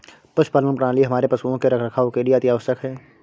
पशुपालन प्रणाली हमारे पशुओं के रखरखाव के लिए अति आवश्यक है